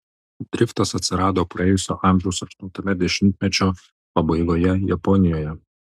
driftas atsirado praėjusio amžiaus aštuntame dešimtmečio pabaigoje japonijoje